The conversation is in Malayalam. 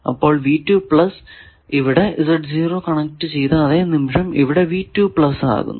അപ്പോൾ ഇവിടെ കണക്ട് ചെയ്ത അതെ നിമിഷം ഇവിടെ ആകുന്നു